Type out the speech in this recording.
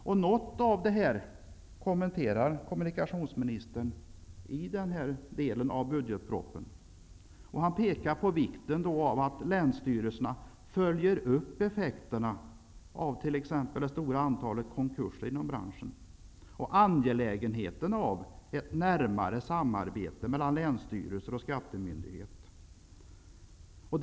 Kommunikationsministern kommenterar något av detta i den här delen av budgetpropositionen. Han pekar på vikten av att länsstyrelserna följer upp effekterna av t.ex. det stora antalet konkurser inom branschen och angelägenheten av ett närmare samarbete mellan länstyrelser och skattemyndigheter.